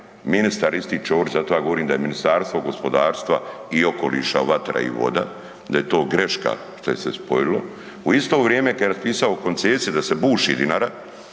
ministar isti, Ćorić, zato ja govorim da je Ministarstvo gospodarstva i okoliša vatra i voda, da je to greška što je se spojilo, u isto vrijeme kad je raspisao koncesiju da se buši Dinara,